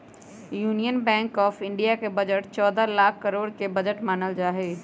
union Bank of India के budget चौदह लाख करोड के बजट मानल जाहई